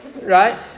right